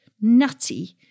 nutty